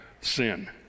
sin